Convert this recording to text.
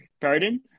Pardon